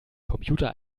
computer